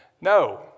No